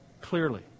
clearly